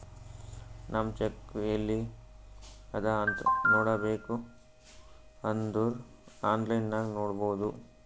ನಮ್ ಚೆಕ್ ಎಲ್ಲಿ ಅದಾ ಅಂತ್ ನೋಡಬೇಕ್ ಅಂದುರ್ ಆನ್ಲೈನ್ ನಾಗ್ ನೋಡ್ಬೋದು